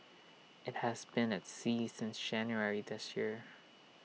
IT has been at sea since January this year